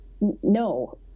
no